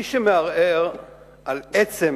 מי שמערער על עצם